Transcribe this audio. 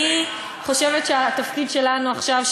אני חושבת שהתפקיד שלנו עכשיו,